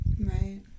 Right